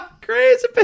crazy